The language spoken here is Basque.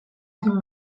egin